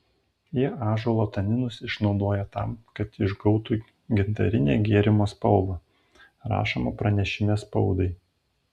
jie ąžuolo taninus išnaudoja tam kad išgautų gintarinę gėrimo spalvą rašoma pranešime spaudai